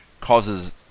causes